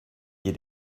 ihr